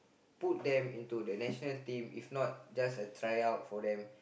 put them into the national team if not just a tryout for them